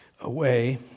away